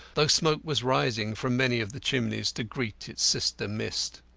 though smoke was rising from many of the chimneys to greet its sister mist.